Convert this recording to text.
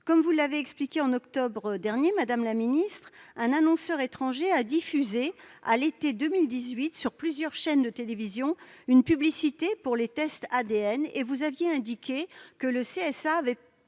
Comme vous l'avez expliqué en octobre dernier, madame la ministre, un annonceur étranger a diffusé, à l'été 2018, sur plusieurs chaînes de télévision, une publicité pour les tests ADN, et vous aviez indiqué que le Conseil